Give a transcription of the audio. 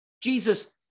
Jesus